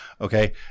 okay